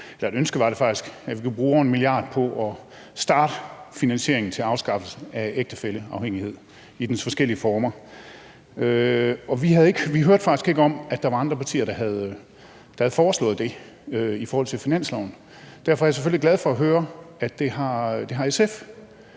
et ønske – at vi kunne bruge 1 mia. kr. på at starte finansieringen til afskaffelse af ægtefælleafhængighed i dens forskellige former. Og vi hørte faktisk ikke om, at der var andre partier, der havde foreslået det i forhold til finansloven. Derfor er jeg selvfølgelig glad for at høre, at det har SF,